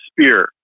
spear